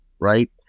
right